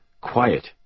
Quiet